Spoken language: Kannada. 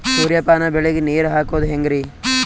ಸೂರ್ಯಪಾನ ಬೆಳಿಗ ನೀರ್ ಹಾಕೋದ ಹೆಂಗರಿ?